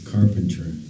Carpenter